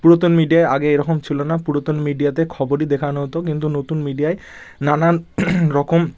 পুরাতন মিডিয়ায় আগে এরকম ছিলো না পুরাতন মিডিয়াতে খবরই দেখানো হতো কিন্তু নতুন মিডিয়ায় নানান রকম